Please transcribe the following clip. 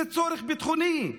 זה צורך ביטחוני.